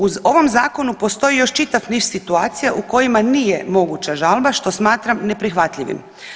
U ovom zakonu postoji još čitav niz situacija u kojima nije moguća žalba što smatram neprihvatljivim.